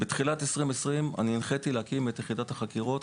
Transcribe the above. בתחילת שנת 2020 הנחיתי להקים את יחידת החקירות.